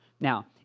Now